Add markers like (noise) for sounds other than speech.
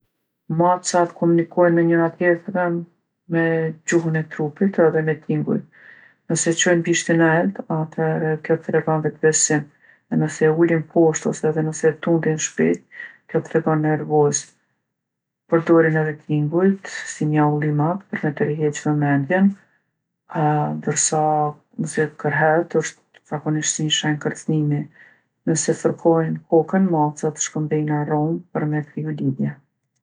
Macat komunikojnë me njona tjetrën me gjuhën e trupit edhe me tinguj. Nëse e çojnë bishtin nelt, atëhere kjo tregon vetëbesim, e nëse e ulin poshtë ose edhe nëse e tundin shpejtë, kjo tregon nervozë. Përdorin edhe tingujt, si mjaullimat, për me tërheqë vëmendjen. (hesitation) ndërsa nëse kërhet, është zakonisht si ni shenjë kërcnimi. Nëse fërkojnë kokën, macat shkëmbejnë aromë për me kriju lidhje.